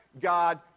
God